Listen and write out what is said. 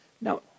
Now